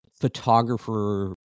photographer